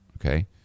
Okay